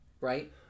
Right